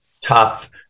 tough